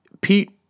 Pete